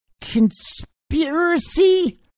conspiracy